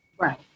Right